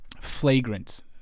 flagrant